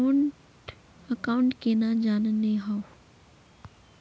Account केना जाननेहव?